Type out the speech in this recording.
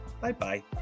Bye-bye